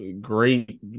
Great